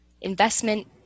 investment